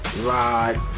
Rod